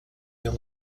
your